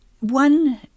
One